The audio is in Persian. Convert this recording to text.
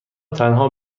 تنها